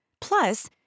Plus